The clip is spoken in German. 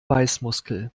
beißmuskel